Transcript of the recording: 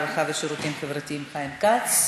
הרווחה והשירותים החברתיים חיים כץ.